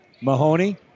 Mahoney